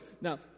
Now